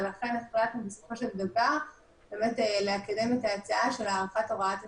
ולכן החלטנו בסופו של דבר לקדם את ההצעה של הארכת הוראת השעה.